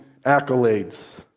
accolades